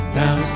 now